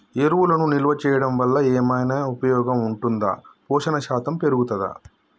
ఎరువులను నిల్వ చేయడం వల్ల ఏమైనా ఉపయోగం ఉంటుందా పోషణ శాతం పెరుగుతదా?